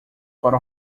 para